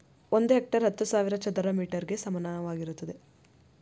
ಒಂದು ಹೆಕ್ಟೇರ್ ಹತ್ತು ಸಾವಿರ ಚದರ ಮೀಟರ್ ಗೆ ಸಮಾನವಾಗಿರುತ್ತದೆ